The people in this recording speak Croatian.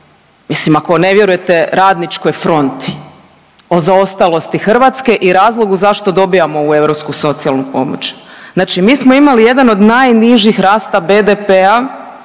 Mislim ako ne vjerujete Radničkoj fronti o zaostalosti Hrvatske i razlogu zašto dobivamo ovu europsku socijalnu pomoć. Znači, mi smo imali jedan od najnižih rasta BDP-a